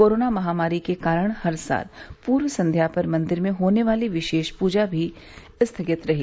corona महामारी के कारण हर साल पूर्व संध्या पर मंदिर में होने वाली विशेष पूजा भी स्थगित रही